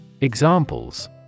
Examples